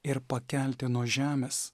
ir pakelti nuo žemės